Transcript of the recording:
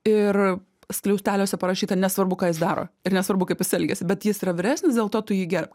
ir skliausteliuose parašyta nesvarbu ką jis daro ir nesvarbu kaip jis elgiasi bet jis yra vyresnis dėl to tu jį gerbk